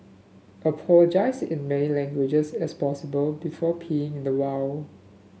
apologise in many languages as possible before peeing in the wild